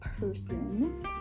person